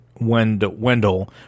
Wendell